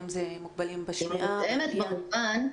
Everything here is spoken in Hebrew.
בין אם מוגבלים השמיעה או בראייה?